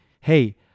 hey